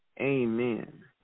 Amen